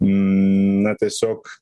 na tiesiog